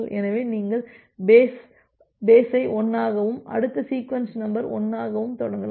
எனவே நீங்கள் பேஸ் ஐ 1ஆகவும் அடுத்த சீக்வென்ஸ் நம்பர் 1 ஆகவும் தொடங்கலாம்